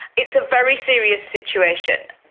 it's a very serious situation.